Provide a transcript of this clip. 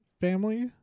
family